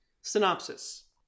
synopsis